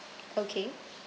okay